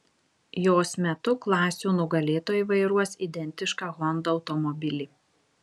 jos metu klasių nugalėtojai vairuos identišką honda automobilį